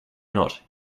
not